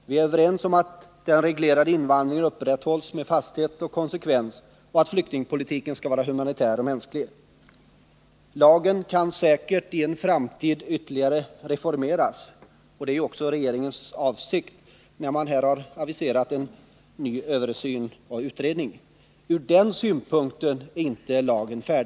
Vi är överens om att den reglerade invandringen upprätthålls med fasthet och konsekvens och att flyktingpolitiken skall vara humanitär och mänsklig. Lagen kan säkerligen i en framtid ytterligare reformeras, och det är också regeringens avsikt med den aviserade nya översynen av lagstiftningen. Ur den synpunkten är lagen inte färdig.